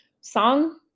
song